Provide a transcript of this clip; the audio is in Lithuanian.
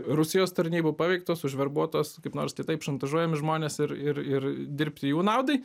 rusijos tarnybų paveiktos užverbuotos kaip nors kitaip šantažuojami žmonės ir ir ir dirbti jų naudai